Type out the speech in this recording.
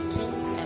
King's